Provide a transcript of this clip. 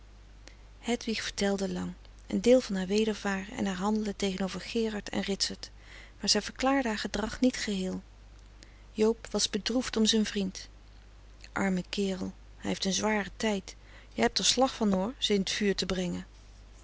hedwig vertelde lang een deel van haar wedervaren en haar handelen tegenover gerard en ritsert maar zij verklaarde haar gedrag niet geheel joob was bedroefd om zijn vriend arme kerel hij heeft een zware tijd jij hebt er slag van hoor ze in t vuur te brengen